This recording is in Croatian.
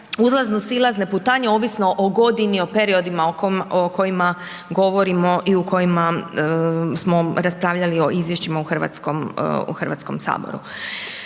ulazno silazne putanje, ovisno o godini, o periodima o kojima govorimo i u kojima smo raspravljali u izvješćima u Hrvatskom saboru.